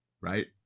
right